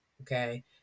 okay